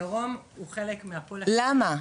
הדרום הוא חלק מהפול הכללי --- למה?